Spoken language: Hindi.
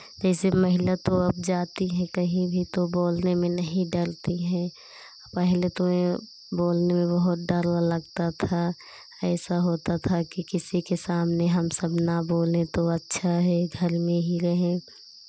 जैसे महिला तो अब जाती हैं कहीं भी तो बोलने में नहीं डरती हैं पहले तो बोलने में बहुत डर लगता था ऐसा होता था कि किसी के सामने हम सब ना बोलें तो अच्छा है घर में ही रहें